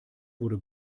wurde